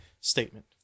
statement